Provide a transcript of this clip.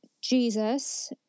Jesus